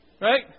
Right